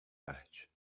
arte